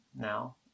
now